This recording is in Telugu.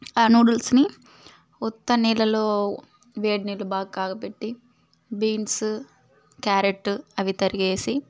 ఆ నూడిల్స్ని ఉత్త నీళల్లో వేడి నీళ్లు బాగా కాగబెట్టి బీన్సు క్యారెట్టు అవి తరిగేసి